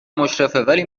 مشرفه، ولی